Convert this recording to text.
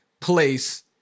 Place